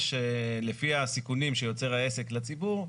יש לפי הסיכונים שיוצר העסק לציבור,